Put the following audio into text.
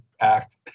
act